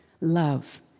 love